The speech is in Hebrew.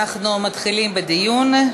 אנחנו מתחילים בדיון.